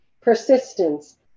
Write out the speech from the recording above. persistence